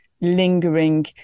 lingering